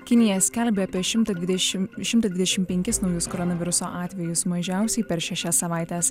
kinija skelbia apie šimtą dvidešim šimtą dvidešim penkis naujus koronaviruso atvejus mažiausiai per šešias savaites